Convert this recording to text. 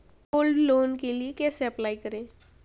Gold loan के लिए कैसे अप्लाई करें?